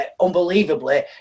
unbelievably